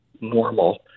normal